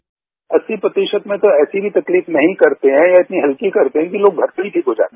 bite अस्सी प्रतिशत में तो ऐसी भी तकलीफ नहीं करते हैं या इतनी हल्की करते हैं कि लोग घर पर ही ठीक हो जाते हैं